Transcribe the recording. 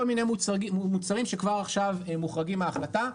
מיני מוצרים שכבר עכשיו מוחרגים מההחלטה.